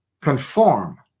conform